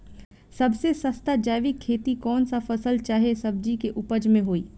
सबसे सस्ता जैविक खेती कौन सा फसल चाहे सब्जी के उपज मे होई?